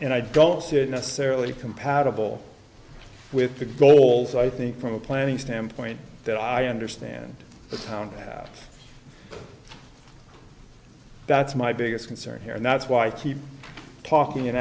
and i don't see it necessarily compatible with the goals i think from a planning standpoint that i understand the town that's my biggest concern here and that's why i keep talking and